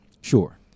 Sure